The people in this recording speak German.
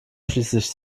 schließlich